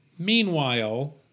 Meanwhile